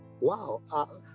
Wow